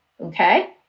Okay